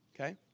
okay